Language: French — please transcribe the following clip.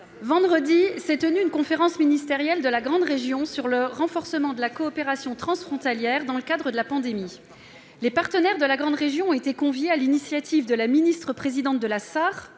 vendredi s'est tenu une conférence ministérielle de la Grande Région sur le renforcement de la coopération transfrontalière dans le cadre de la pandémie. Les partenaires de la Grande Région ont été conviés, sur l'initiative de la ministre-présidente de la Sarre,